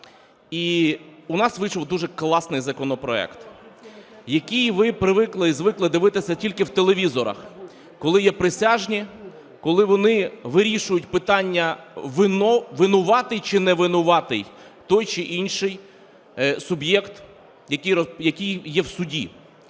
І у нас вийшов дуже класний законопроект, який ви привикли і звикли дивитися тільки в телевізорах. Коли є присяжні, коли вони вирішують питання, винуватий чи не винуватий той чи інший суб'єкт, який є в суді.